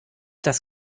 das